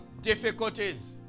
difficulties